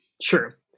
Sure